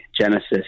genesis